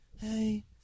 hey